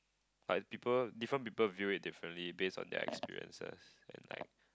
like people different people view it differently based on their experiences and like